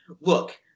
Look